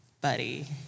buddy